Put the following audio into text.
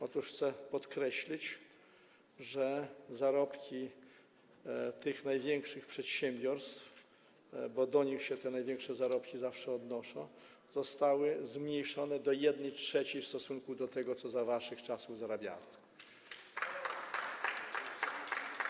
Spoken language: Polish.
Otóż chcę podkreślić, że zarobki w tych największych przedsiębiorstwach, bo do nich się te największe zarobki zawsze odnoszą, zostały zmniejszone do 1/3 w stosunku do tego, ile za waszych czasów zarabiano.